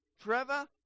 Trevor